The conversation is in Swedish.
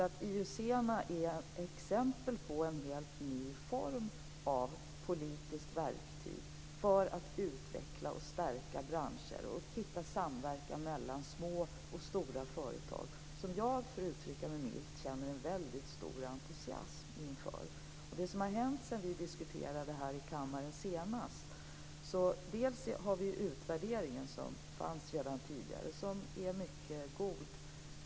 IUC är exempel på en helt ny form av politiskt verktyg för att utveckla och stärka branscher och hitta samverkan mellan små och stora företag. Jag känner, för att uttrycka mig milt, en väldigt stor entusiasm inför detta. Sedan vi diskuterade här i kammaren senast har det hänt en del. Vi har utvärderingen, som fanns redan tidigare och som är mycket god.